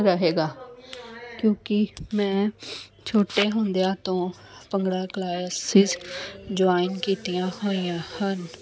ਰਹੇਗਾ ਕਿਉਂਕਿ ਮੈਂ ਛੋਟੇ ਹੁੰਦਿਆਂ ਤੋਂ ਭੰਗੜਾ ਕਲਾਸਿਸ ਜੁਆਇਨ ਕੀਤੀਆਂ ਹੋਈਆਂ ਹਨ